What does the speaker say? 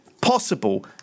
possible